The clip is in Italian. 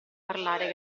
parlare